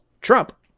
Trump